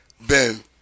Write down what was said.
Ben